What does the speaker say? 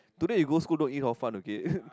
today you go school don't eat Hor-Fun okay